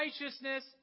righteousness